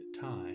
time